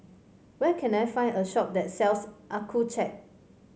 where can I find a shop that sells Accucheck